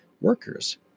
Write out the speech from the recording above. workers